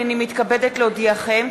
הנני מתכבדת להודיעכם,